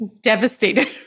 devastated